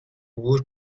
عبور